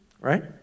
Right